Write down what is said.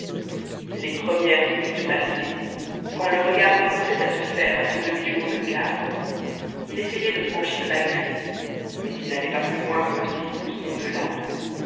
les premières minutes passées quand le regard commençait à se faire à ce demi-jour de cave il essayait de franchir la grille mais il n'allait pas plus loin que six pouces